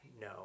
No